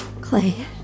Clay